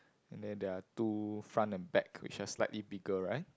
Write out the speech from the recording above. and then there are two front and back which are slightly bigger right